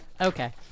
okay